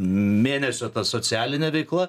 mėnesio ta socialinė veikla